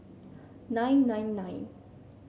nine nine nine